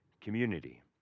community